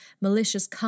malicious